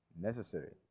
necessary